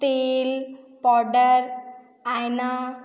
तेल पावडर आईना